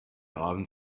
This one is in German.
abend